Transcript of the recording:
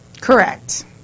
Correct